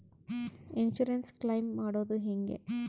Insurance claim ಮಾಡದು ಹೆಂಗೆ?